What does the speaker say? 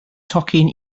tocyn